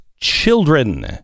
children